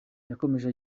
yakomeje